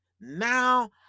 now